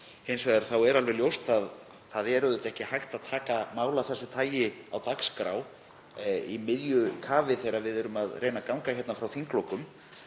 Hins vegar er alveg ljóst að það er auðvitað ekki hægt að taka mál af þessu tagi á dagskrá í miðju kafi þegar við erum að reyna að ganga frá þinglokum.